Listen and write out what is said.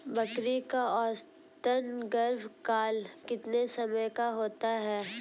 बकरी का औसतन गर्भकाल कितने समय का होता है?